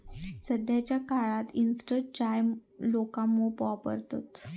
सध्याच्या काळात इंस्टंट चाय लोका मोप वापरतत